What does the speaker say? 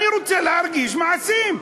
אני רוצה להרגיש מעשים.